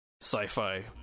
sci-fi